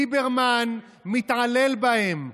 ליברמן מתעלל בהם.